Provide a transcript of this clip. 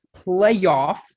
playoff